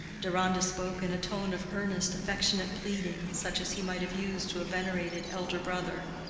deronda spoke in a tone of earnest, affectionate pleading, such as he might have used to a venerated elder brother.